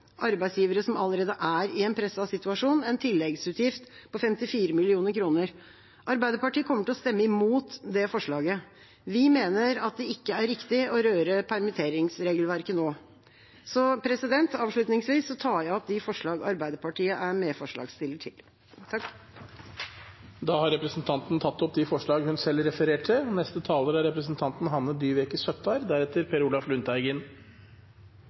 arbeidsgivere langs kysten vår, arbeidsgivere som allerede er i en presset situasjon, en tilleggsutgift på 54 mill. kr. Arbeiderpartiet kommer til å stemme imot det forslaget. Vi mener det ikke er riktig å røre permitteringsregelverket nå. Avslutningsvis tar jeg opp de forslag Arbeiderpartiet er medforslagsstiller til. Representanten Lise Christoffersen har tatt opp de forslagene hun refererte til. Denne proposisjonen tar for seg mange temaer, bl.a. pleiepenger. Pleiepenger er,